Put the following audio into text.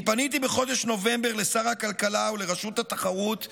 אני פניתי בחודש נובמבר לשר הכלכלה ולרשות התחרות בנושא.